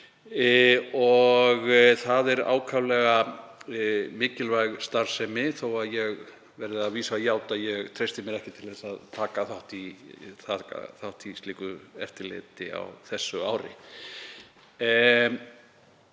og það er ákaflega mikilvæg starfsemi þó að ég verði að vísu að játa að ég treysti mér ekki til þess að taka þátt í slíku eftirliti á þessu ári.